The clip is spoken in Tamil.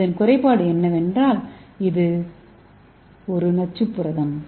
இதன் குறைபாடு என்னவென்றால் இது ஒரு நச்சு புரதம்